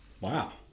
Wow